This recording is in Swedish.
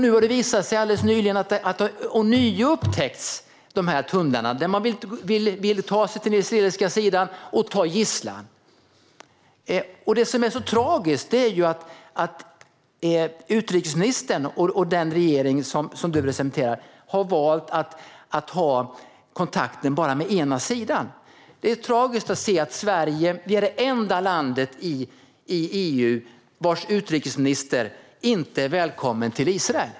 Nu har det alldeles nyligen ånyo upptäckts tunnlar där man vill ta sig till den israeliska sidan och ta gisslan. Det som är så tragiskt är att utrikesministern och den regering som du representerar har valt att ha kontakten bara med ena sidan. Det är tragiskt att se att Sverige är det enda landet i EU vars utrikesminister inte är välkommen till Israel.